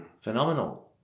Phenomenal